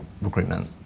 recruitment